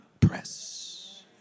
press